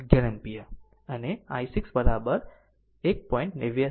11 ampere અને i6 1